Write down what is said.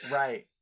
right